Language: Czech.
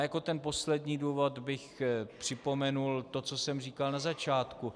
Jako poslední důvod bych připomenul, co jsem říkal na začátku.